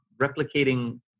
replicating